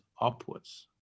upwards